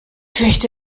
fürchte